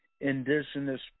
indigenous